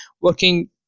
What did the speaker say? working